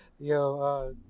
yo